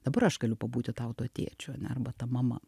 dabar aš galiu pabūti tau tuo tėčiu ane arba ta mama